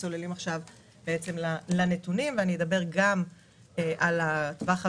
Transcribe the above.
אני אדבר גם על הטווח המיידי,